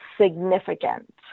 significant